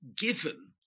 given